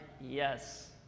yes